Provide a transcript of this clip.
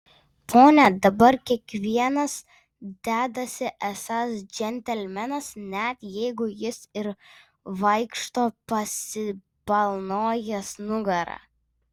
pone dabar kiekvienas dedasi esąs džentelmenas net jeigu jis ir vaikšto pasibalnojęs nugarą